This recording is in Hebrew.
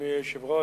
אדוני היושב-ראש,